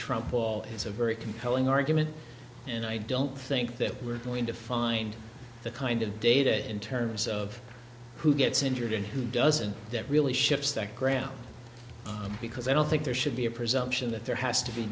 it's a very compelling argument and i don't think that we're going to find the kind of data in terms of who gets injured and who doesn't that really ships that ground because i don't think there should be a presumption that there has to be